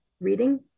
reading